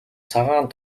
цагаан